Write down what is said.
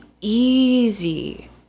easy